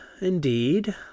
indeed